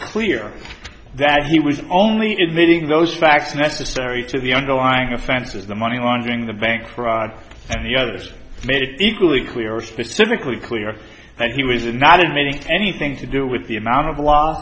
clear that he was only meeting those facts necessary to the underlying offenses the money laundering the bank fraud and the others equally clear or specifically clear that he was not admitting anything to do with the amount of l